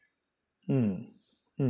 hmm mm